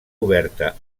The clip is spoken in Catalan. oberta